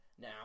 now